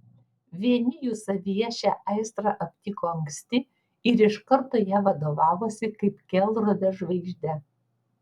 vieni jų savyje šią aistrą aptiko anksti ir iš karto ja vadovavosi kaip kelrode žvaigžde